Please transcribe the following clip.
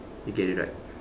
okay the right